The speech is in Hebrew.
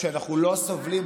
כשאנחנו לא סובלים,